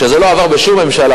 שזה לא עבר בשום ממשלה,